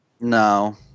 No